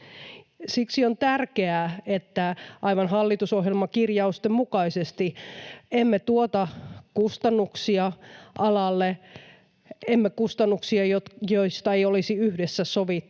Siksi on tärkeää, että — aivan hallitusohjelmakirjausten mukaisesti — emme tuota kustannuksia alalle, emme kustannuksia, joista ei olisi yhdessä sovittu,